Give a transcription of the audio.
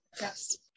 Yes